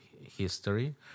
history